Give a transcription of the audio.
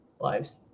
lives